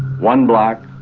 one black,